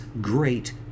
great